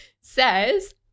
says